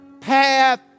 path